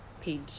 page